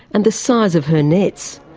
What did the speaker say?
and the size of her nets.